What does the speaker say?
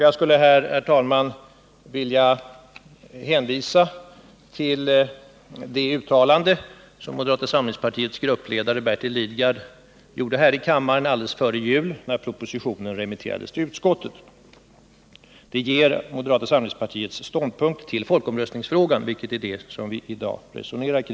Jag skulle, herr talman, i detta sammanhang vilja hänvisa till det uttalande som moderata samlingspartiets gruppledare Bertil Lidgard gjorde här i kammaren alldeles före jul, när propositionen remitterades till utskottet. Uttalandet redovisar moderata samlingspartiets ståndpunkt till folkomröstningsfrågan, vilken är den fråga vi i dag resonerar om.